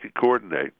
coordinate